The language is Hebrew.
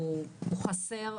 הוא חסר,